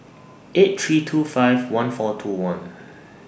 eight three two five one four two one